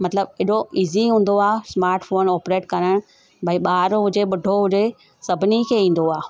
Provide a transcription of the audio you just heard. मतिलब एॾो ईज़ी हूंदो आहे स्माट फोन ऑपरेट करण भाई ॿार हुजे ॿुढो हुजे सभिनी खे ईंदो आहे